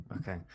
Okay